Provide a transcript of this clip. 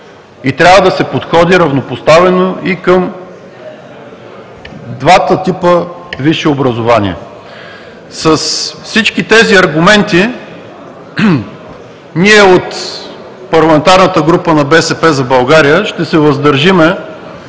Трябва да се подходи равнопоставено и към двата типа висше образование. С всички тези аргументи ние от парламентарната група на „БСП за България“ ще се въздържим